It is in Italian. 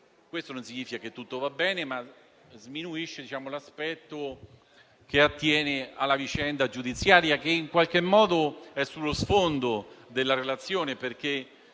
Questo non significa che tutto va bene, ma sminuisce l'aspetto che attiene alla vicenda giudiziaria che, in qualche modo, è sullo sfondo della relazione.